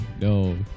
No